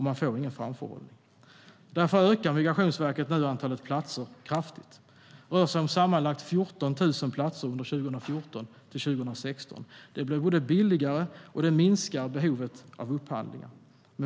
Man får ingen framförhållning. Därför ökar Migrationsverket nu antalet platser kraftigt. Det rör sig om sammanlagt 14 000 platser under 2014-16. Det blir både billigare och minskar behovet av upphandlingar.